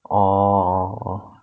orh orh orh